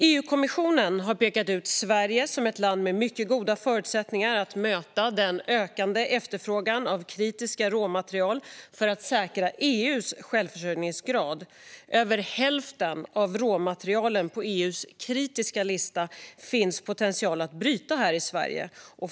EU-kommissionen har pekat ut Sverige som ett land med mycket goda förutsättningar att möta den ökande efterfrågan av kritiska råmaterial för att säkra EU:s självförsörjningsgrad. Över hälften av råmaterialen på EU:s kritiska lista finns det potential att bryta här i Sverige.